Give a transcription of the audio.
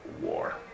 war